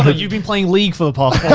ah you've been playing league for the past